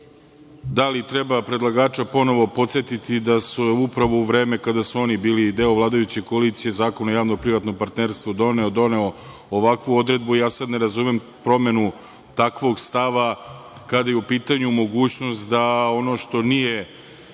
li treba predlagača ponovo podsetiti da su upravo u vreme kada su oni bili deo vladajuće koalicije u Zakon o javno privatnom partnerstvu doneli ovakvu odredbu. Sad ne razumem promenu takvog stava kada je u pitanju mogućnost da ono što nije